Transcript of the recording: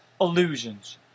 illusions